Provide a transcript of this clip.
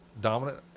dominant